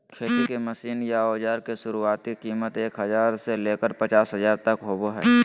खेती के मशीन या औजार के शुरुआती कीमत एक हजार से लेकर पचास हजार तक होबो हय